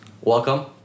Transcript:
Welcome